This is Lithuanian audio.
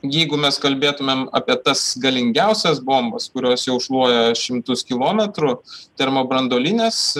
jeigu mes kalbėtumėm apie tas galingiausias bombas kurios jau šluoja šimtus kilometrų termobranduolinės